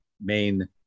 main